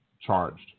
charged